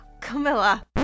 Camilla